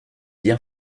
bien